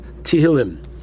Tehillim